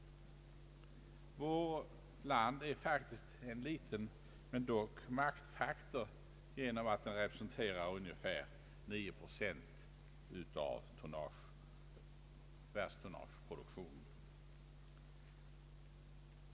Vårt land är faktiskt en liten men ändock maktfaktor då det representerar 9 procent av världstonnageproduktionen.